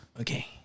Okay